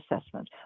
assessment